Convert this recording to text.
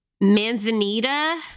Manzanita